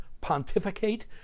pontificate